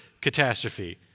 catastrophe